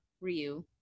Ryu